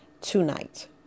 tonight